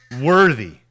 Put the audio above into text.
worthy